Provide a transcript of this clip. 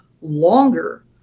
longer